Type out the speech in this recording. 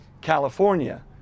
California